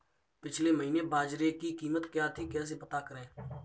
पिछले महीने बाजरे की कीमत क्या थी कैसे पता करें?